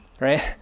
right